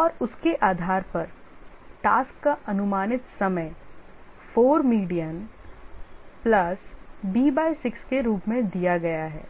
और उसके आधार पर टास्क का अनुमानित समय 4 median प्लस b by 6 के रूप में दिया गया है